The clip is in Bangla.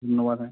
ধন্যবাদ হ্যাঁ